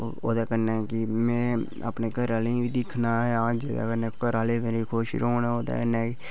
ओह्दे कन्नै कि में अपने घरैआह्लें गी बी दिक्खना आं जेह्दे कारण घरैआह्ले खुश रौंह्न जेह्दे कन्नै